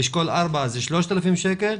אשכול 4 התשלום 3,000 שקל,